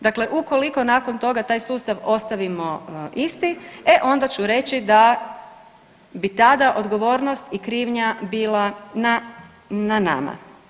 Dakle, ukoliko nakon toga taj sustav ostavimo isti e onda ću reći da bi tada odgovornost i krivnja bila na nama.